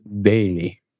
daily